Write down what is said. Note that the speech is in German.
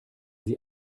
sie